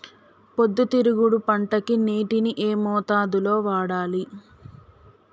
పొద్దుతిరుగుడు పంటకి నీటిని ఏ మోతాదు లో వాడాలి?